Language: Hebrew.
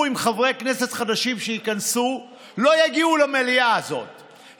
עם חברי כנסת חדשים שייכנסו לא יגיעו למליאה הזאת,